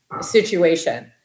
situation